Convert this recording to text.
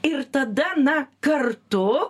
ir tada na kartu